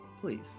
Please